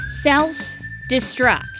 self-destruct